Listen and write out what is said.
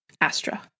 Astra